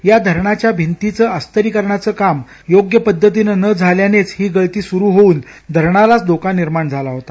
या धरणाच्या भिंतीचं अस्तरीकरणाचं काम योग्य पद्धतीनं न झाल्यानेच ही गळती सुरू होऊन धरणालाच धोका निर्माण झाला होता